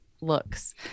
looks